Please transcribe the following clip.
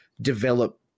develop